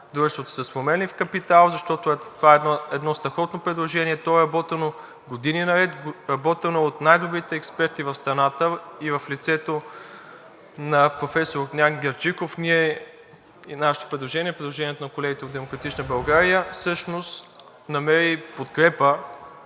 дружество с променлив капитал, защото това е едно страхотно предложение. То е работено години наред, работено е от най-добрите експерти в страната. В лицето на професор Огнян Герджиков нашето предложение, предложението на колегите от „Демократична България“ всъщност намери подкрепа.